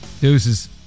Deuces